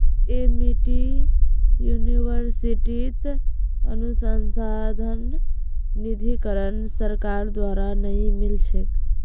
Amity यूनिवर्सिटीत अनुसंधान निधीकरण सरकार द्वारा नइ मिल छेक